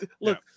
Look